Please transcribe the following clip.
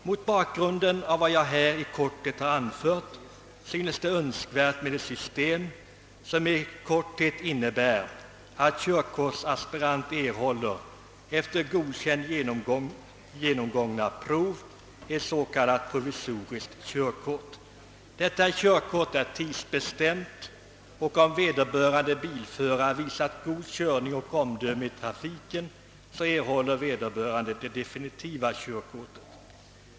Mot bakgrunden av vad jag här i korthet har anfört vill jag framhålla, att det synes önskvärt med ett system, som innebär att körkortsaspirant efter genomgångna och godkända prov erhåller ett s.k. provisoriskt körkort. Detta körkort skulle vara tidsbestämt och om vederbörande bilförare har visat ett gott omdöme i trafiken skulle han sedan erhålla det definitiva körkortet.